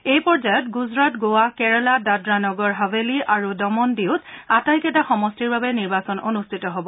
এই পৰ্যায়ত গুজৰাট গোৱা কেৰালা দাদ্ৰা নগৰ হাভেলী আৰু দমন ডিউত আটাইকেইটা সমষ্টিৰ বাবে নিৰ্বাচন অনুষ্ঠিত হ'ব